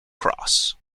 cross